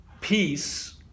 peace